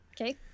Okay